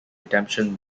redemption